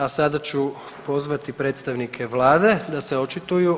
A sada ću pozvati predstavnike Vlade da se očituju.